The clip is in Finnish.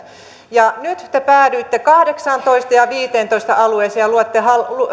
ja nyt te päädyitte kahdeksaantoista ja viiteentoista alueeseen ja